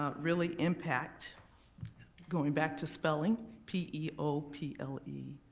ah really impact going back to spelling, p e o p l e.